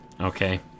Okay